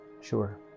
Sure